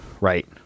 right